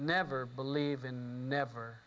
never believe in never